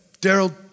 Daryl